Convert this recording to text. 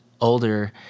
older